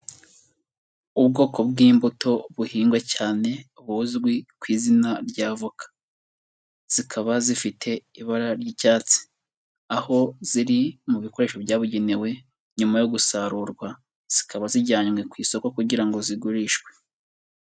Ubwoko bw'imbuto buhingwa cyane buzwi ku izina ry'avoka, zikaba zifite ibara ry'icyatsi, aho ziri mu bikoresho byabugenewe nyuma yo gusarurwa zikaba zijyanywe ku isoko kugira ngo zigurishwe.